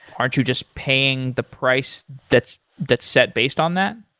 aren't you just paying the price that's that's set based on that?